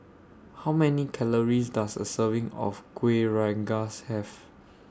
How Many Calories Does A Serving of Kuih Rengas Have